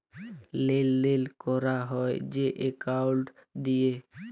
লেলদেল ক্যরা হ্যয় যে একাউল্ট দিঁয়ে